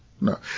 No